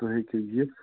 تُہۍ ہیٚکِو یِتھ